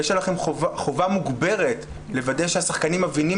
יש עליכם חובה מוגברת לוודא שהשחקנים מבינים